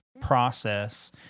process